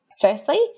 firstly